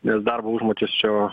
nes darbo užmokesčio